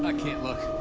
ah can't look.